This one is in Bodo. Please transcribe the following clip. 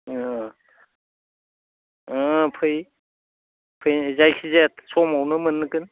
फै फै जायखिजाया समावनो मोनगोन